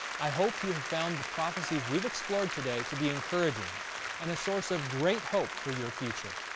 i hope you found the prophecies we've explored today to be encouraging and a source of great hope for your future.